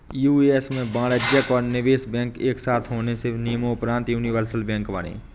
US में वाणिज्यिक और निवेश बैंक एक साथ होने के नियम़ोंपरान्त यूनिवर्सल बैंक बने